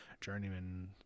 journeyman